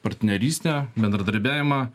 partnerystę bendradarbiavimą